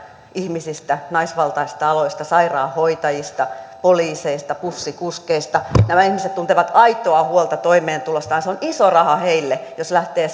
ihmisistä naisvaltaisista aloista sairaanhoitajista poliiseista bussikuskeista nämä ihmiset tuntevat aitoa huolta toimeentulostaan se on iso raha heille jos lähtee